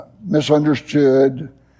misunderstood